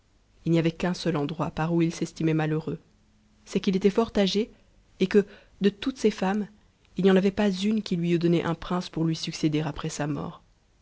monarques y avait qu'un seul endroit par où il s'estimait malheureux c'est qu'il était fort âgé et que de toutes ses femmes il n'y en avait pas une qui lui eut donné un prince pour lui succéder après sa mort